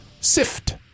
sift